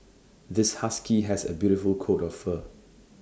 this husky has A beautiful coat of fur